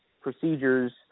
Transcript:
procedures